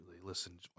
Listen